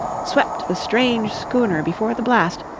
swept the strange schooner before the blast,